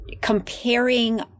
comparing